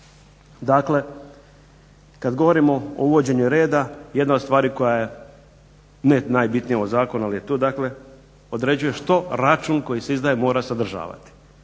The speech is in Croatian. Dakle, kad govorimo o uvođenju reda jedna od stvari koja je ne najbitnija u ovom zakonu, ali je tu dakle određuje što račun koji se izdaje mora sadržavati.